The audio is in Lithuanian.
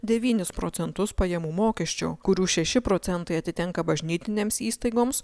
devynis procentus pajamų mokesčių kurių šeši procentai atitenka bažnytinėms įstaigoms